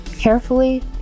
carefully